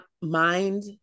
mind